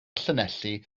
llanelli